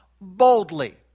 boldly